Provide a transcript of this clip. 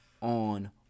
on